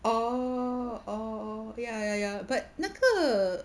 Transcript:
oh oh oh ya ya ya but 那个